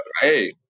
hey